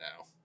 now